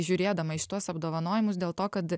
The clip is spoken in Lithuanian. žiūrėdama į šituos apdovanojimus dėl to kad